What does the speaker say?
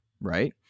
right